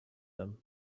them